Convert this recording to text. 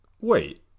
Wait